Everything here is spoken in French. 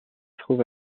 trouve